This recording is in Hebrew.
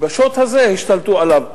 ובשוט הזה השתלטו עליו.